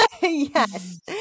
Yes